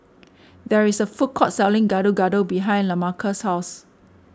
there is a food court selling Gado Gado behind Lamarcus' house